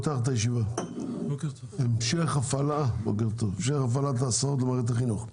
אני פותח את הישיבה בנושא המשך הפעלת ההסעות למערכת החינוך.